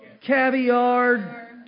caviar